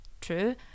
true